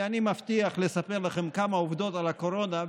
ואני מבטיח לספר לכם כמה עובדות על הקורונה,